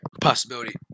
possibility